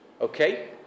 Okay